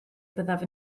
byddaf